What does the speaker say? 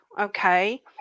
okay